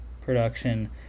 production